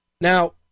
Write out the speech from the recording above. now